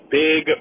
big